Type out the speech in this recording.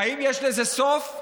האם יש לזה סוף?